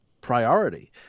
priority